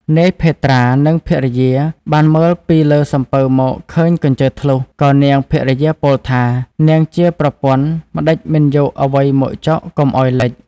នាយភេត្រា និងភរិយាបានមើលពីលើសំពៅមកឃើញកញ្ជើធ្លុះ ក៏នាងភរិយាពោលថា នាងជាប្រពន្ធម្តេចមិនយកអ្វីមកចុកកុំឱ្យលេច។